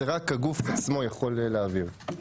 רק הגוף עצמו יכול להעביר.